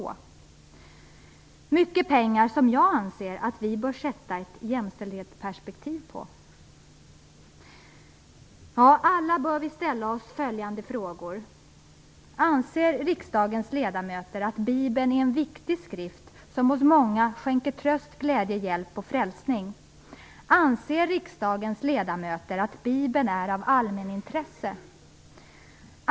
Det är mycket pengar, och jag anser att vi bör ställa krav på ett jämställdhetsperspektiv. Vi bör alla ställa oss följande frågor. Anser riksdagens ledamöter att bibeln är en viktig skrift som hos många skänker tröst, glädje, hjälp och frälsning? Anser riksdagens ledamöter att bibeln är av allmänintresse?